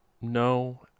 No